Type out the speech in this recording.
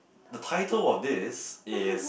the title of this is